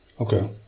Okay